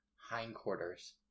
Hindquarters